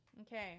Okay